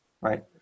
right